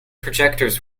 projectors